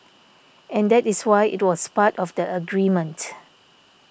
and that is why it was part of the agreement